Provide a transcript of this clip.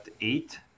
eight